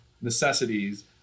necessities